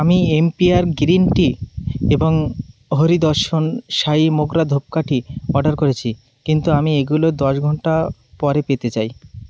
আমি empire green tea এবং হরি দর্শন সাই মোগরা ধুপকাঠি অর্ডার করেছি কিন্তু আমি এগুলো দশ ঘন্টা পরে পেতে চাই